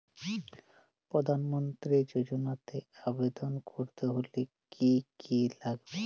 প্রধান মন্ত্রী যোজনাতে আবেদন করতে হলে কি কী লাগবে?